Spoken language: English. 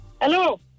Hello